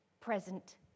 present